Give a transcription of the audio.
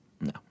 No